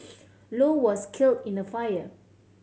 low was killed in the fire